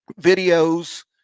videos